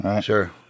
Sure